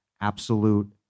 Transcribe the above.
absolute